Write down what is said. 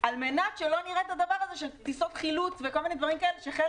כדי שלא נראה טיסות חילוץ וכל מיני דברים שחיל